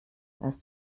erst